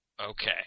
Okay